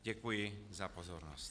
Děkuji za pozornost.